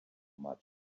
much